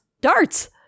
Darts